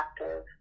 active